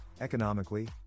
economically